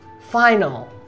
final